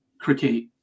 cricket